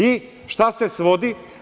I, šta se svodi?